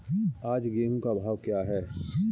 आज गेहूँ का भाव क्या है?